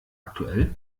aktuell